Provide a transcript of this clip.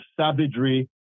savagery